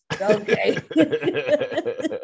Okay